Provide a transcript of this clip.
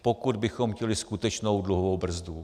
Pokud bychom chtěli skutečnou dluhovou brzdu.